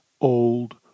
old